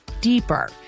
deeper